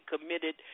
committed